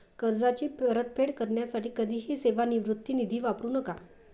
कर्जाची परतफेड करण्यासाठी कधीही सेवानिवृत्ती निधी वापरू नका